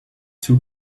two